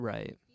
Right